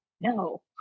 no